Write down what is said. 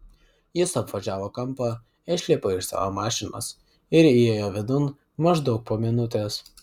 jis apvažiavo kampą išlipo iš savo mašinos ir įėjo vidun maždaug po minutės